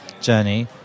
journey